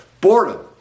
Boredom